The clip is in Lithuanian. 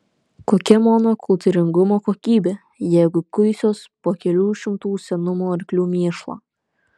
kokia mano kultūringumo kokybė jeigu kuisiuos po kelių šimtų senumo arklių mėšlą